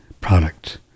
product